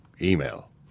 email